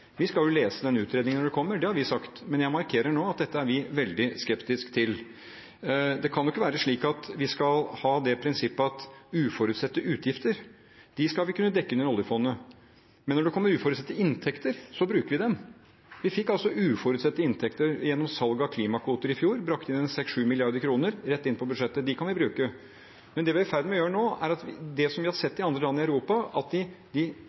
Vi skal lese den utredningen når den kommer, det har vi sagt, men jeg markerer nå at dette er vi veldig skeptiske til. Vi kan ikke ha det prinsippet at uforutsette utgifter skal vi kunne dekke inn gjennom oljefondet, mens når det kommer uforutsette inntekter, skal vi bruke dem. Vi fikk uforutsette inntekter gjennom salg av klimakvoter i fjor. Det brakte 6–7 mrd. kr rett inn på budsjettet. De pengene kan vi bruke. Men det vi er i ferd med å gjøre nå, er det som vi har sett i andre land i Europa, at